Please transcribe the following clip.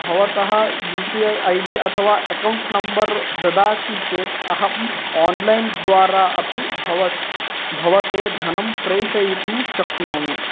भवतः U P I I D अथवा account number ददाति चेत् अहं आन्लैन् द्वारा अपि भवत् भवते धनं प्रेषयितुं शक्नोमि